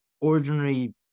ordinary